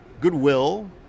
goodwill